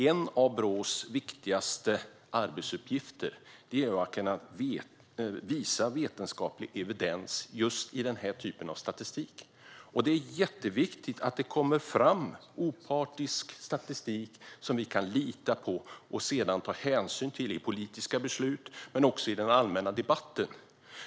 En av Brås viktigaste arbetsuppgifter är att kunna visa vetenskaplig evidens just i den typen av statistik. Det är jätteviktigt att det kommer fram opartisk statistik som vi kan lita på och sedan ta hänsyn till i politiska beslut men också i den allmänna debatten.